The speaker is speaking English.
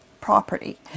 property